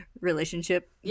relationship